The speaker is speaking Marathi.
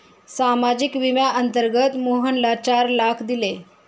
सामाजिक विम्याअंतर्गत मोहनला चार लाख दिले